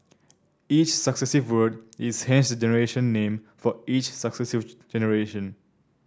each successive word is hence the generation name for each successive generation